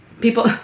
people